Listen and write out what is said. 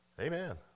Amen